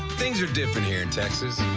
things are different here in texas.